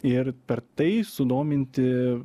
ir per tai sudominti